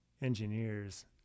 engineers